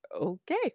okay